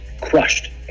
crushed